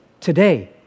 today